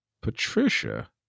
Patricia